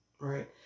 right